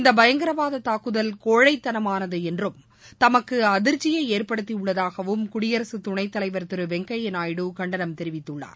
இந்த பயங்கரவாத தாக்குதல் கோழைத்தனமானது என்றம் தமக்கு அதிர்ச்சியை ஏற்படுத்தியுள்ளதாகவும் குடியரசுத் துணை தலைவர் திரு வெங்கைய்யா நாயுடு கண்டனம் தெரிவித்துள்ளார்